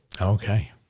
Okay